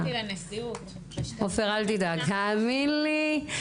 עופר אל תדאג תאמין לי,